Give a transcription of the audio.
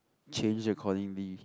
change accordingly